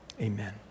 amen